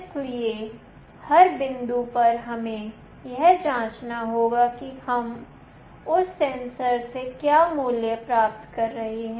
इसलिए हर बिंदु पर हमें यह जांचना होगा कि हम उस सेंसर से क्या मूल्य प्राप्त कर रहे हैं